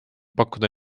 pakkuda